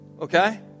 Okay